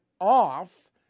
off